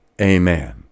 amen